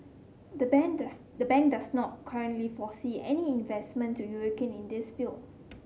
the bank does the bank does not currently foresee any investment to in this field